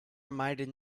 reminded